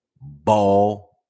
ball